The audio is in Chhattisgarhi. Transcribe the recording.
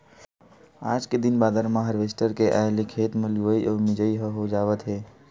आज के दिन बादर म हारवेस्टर के आए ले खेते म लुवई अउ मिजई ह हो जावत हे